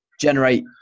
generate